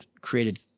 created